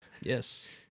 Yes